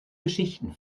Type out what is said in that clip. geschichten